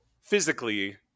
physically